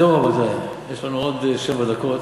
זהו, רבותי, יש לנו עוד שבע דקות.